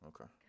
Okay